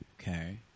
Okay